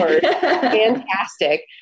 Fantastic